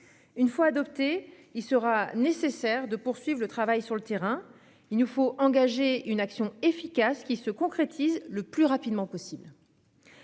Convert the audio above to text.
une fois adopté, il sera nécessaire de poursuive le travail sur le terrain. Il nous faut engager une action efficace qui se concrétise le plus rapidement possible.